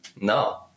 No